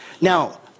Now